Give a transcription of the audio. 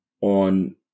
on